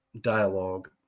dialogue